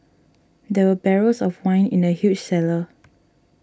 there were barrels of wine in the huge cellar